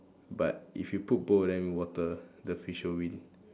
but if you put both of them in water the fish will win